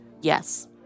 Yes